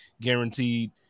guaranteed